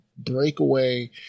breakaway